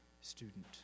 student